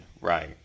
Right